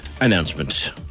announcement